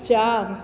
चार